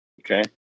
Okay